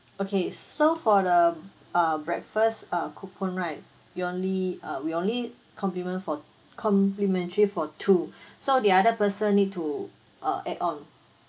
okay so for the uh breakfast uh coupon right you only uh we only compliments for complimentary for two so the other person need to uh add on